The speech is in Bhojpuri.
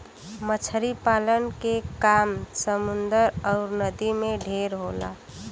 मछरी पालन के काम समुन्दर अउर नदी में ढेर होला